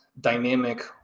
dynamic